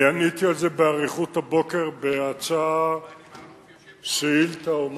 אני עניתי על זה באריכות הבוקר במסגרת שאילתא של